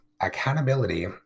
Accountability